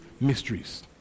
mysteries